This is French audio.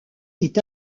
est